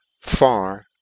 far